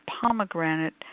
pomegranate